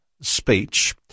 speech